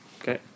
Okay